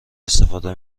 استفاده